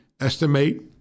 estimate